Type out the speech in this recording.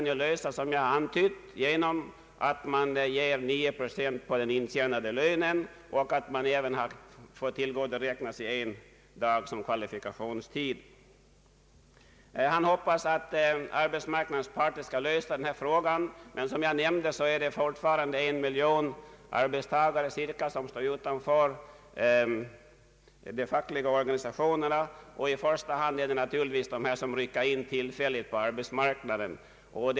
Som jag antytt kan ju denna fråga lösas genom att man ger 9 procent på den intjänade lönen och att man även får tillgodoräkna sig en dag som kvalifikationstid. Herr Dahlberg hoppas att arbetsmarknadens parter skall lösa denna fråga, men som jag nämnde så är det fortfarande cirka en miljon arbetstagare som står utanför de fackliga organisationerna, och i första hand är det naturligtvis dessa som rycker in tillfälligtvis på arbetsmarknaden.